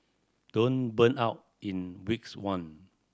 don't burn out in weeks one